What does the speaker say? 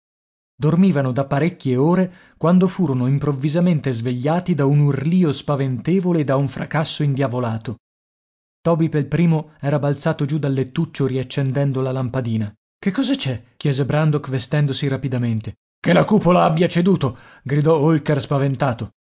dormivano da parecchie ore quando furono improvvisamente svegliati da un urlio spaventevole e da un fracasso indiavolato toby pel primo era balzato giù dal lettuccio riaccendendo la lampadina che cosa c'è chiese brandok vestendosi rapidamente che la cupola abbia ceduto gridò holker spaventato